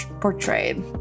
portrayed